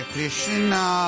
Krishna